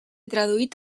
traduït